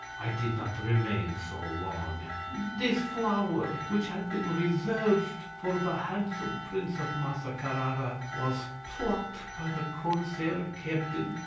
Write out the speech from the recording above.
i did not remain so long this flower, which had been reserved for the handsome prince of massa carara, was plucked by the corsair ah captain.